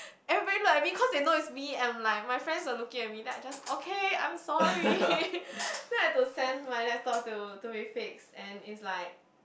everybody look at me cause they know it's me and like my friends were looking at me then I just okay I'm sorry then I had to send my laptop to to be fixed and it's like